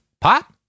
Pot